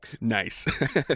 Nice